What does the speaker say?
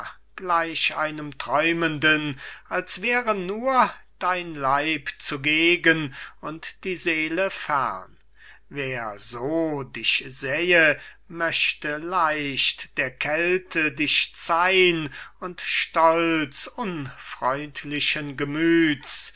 gleich einem träumenden als wäre nur dein leib zugegen und die seele fern wer so dich sähe möchte leicht der kälte dich zeihn und stolz